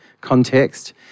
context